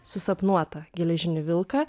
susapnuotą geležinį vilką